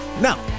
Now